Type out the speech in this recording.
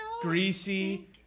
greasy